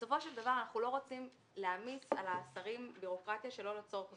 בסופו של דבר אנחנו לא רוצים להמיס על השרים בירוקרטיה שלא לצורך.